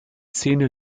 zähne